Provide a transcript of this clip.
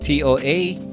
TOA